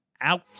out